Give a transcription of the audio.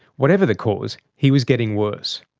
whatever the cause, he was getting worse.